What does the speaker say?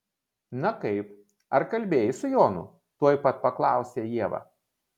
na kaip ar kalbėjai su jonu tuoj pat paklausė ieva